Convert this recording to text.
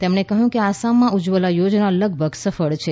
તેમણે કહ્યું કે આસામમાં ઉજ્જવલા યોજના લગભગ સફળ છે